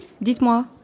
dites-moi